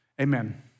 Amen